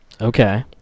okay